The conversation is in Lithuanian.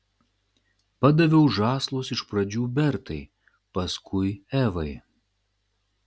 padaviau žąslus iš pradžių bertai paskui evai